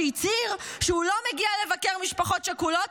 שהצהיר שהוא לא מגיע לבקר משפחות שכולות,